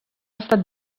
estat